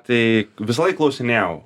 tai visąlaik klausinėjau